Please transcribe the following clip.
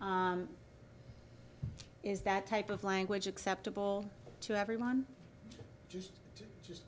is that type of language acceptable to everyone just to just